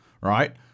right